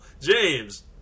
James